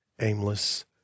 aimless